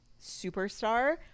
superstar